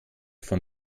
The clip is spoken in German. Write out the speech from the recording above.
von